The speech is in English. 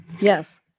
Yes